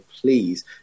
please